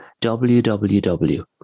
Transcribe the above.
WWW